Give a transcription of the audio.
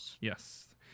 yes